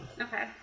Okay